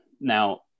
Now